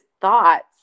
thoughts